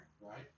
right